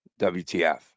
WTF